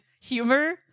humor